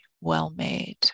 well-made